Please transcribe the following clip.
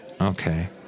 Okay